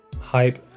hype